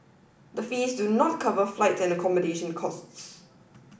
the fees do not cover flight and accommodation costs